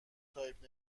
تایپ